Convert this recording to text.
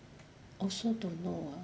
also don't know ah